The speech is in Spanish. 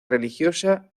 religiosa